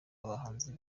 bahanzi